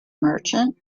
merchant